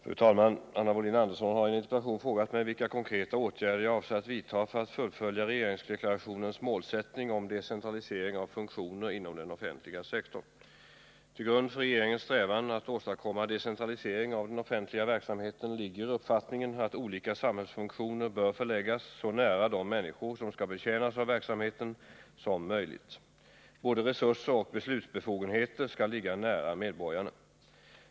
Fru talman! Anna Wohlin-Andersson har i en interpellation frågat mig vilka konkreta åtgärder jag avser att vidta för att fullfölja regeringsdeklarationens målsättning om decentralisering av funktioner inom den offentliga sektorn. Till grund för regeringens strävan att åstadkomma decentralisering av den offentliga verksamheten ligger uppfattningen att olika samhällsfunktioner bör förläggas så nära de människor som skall betjänas av verksamheten som möjligt. Både resurser och beslutsbefogenheter skall ligga nära medborgarna.